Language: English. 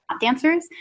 dancers